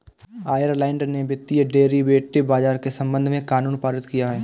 Ireland ने वित्तीय derivative बाजार के संबंध में कानून पारित किया है